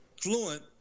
fluent